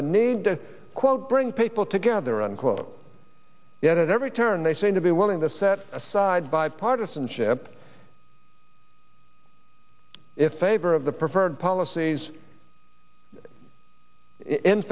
the need to quote bring people together unquote yet at every turn they seem to be willing to set aside bipartisanship if favor of the preferred policies in